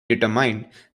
determined